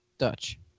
Dutch